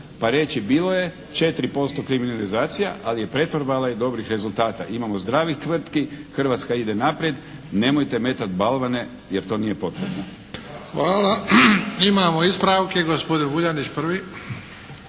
pa reći bilo je 4% kriminalizacija ali je pretvorba dala dobrih rezultata. Imamo zdravih tvrtki. Hrvatska ide naprijed. Nemojte metat balvane jer to nije potrebno. **Bebić, Luka (HDZ)** Hvala. Imamo ispravke, gospodin Vuljanić prvi.